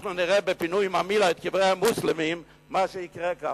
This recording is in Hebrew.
אנחנו נראה בפינוי קברי המוסלמים בממילא מה שיקרה כאן,